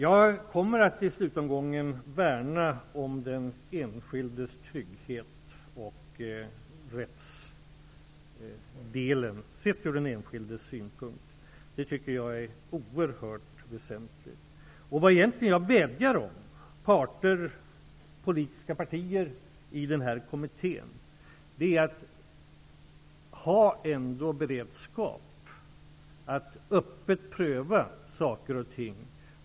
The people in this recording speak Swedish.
I slutomgången kommer jag att värna om den enskildes trygghet, och jag kommer att värna om rättsdelen sett ur den enskildes synpunkt. Det är oerhört väsentligt. Det jag egentligen vädjar om är att parterna -- de politiska partierna -- i den här kommittén skall ha beredskap för att öppet pröva saker och ting.